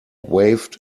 waved